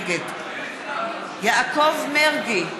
נגד יעקב מרגי,